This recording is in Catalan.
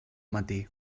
matí